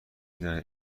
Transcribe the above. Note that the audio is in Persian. دانید